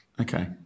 Okay